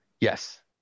Yes